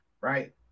right